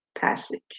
passage